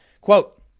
Quote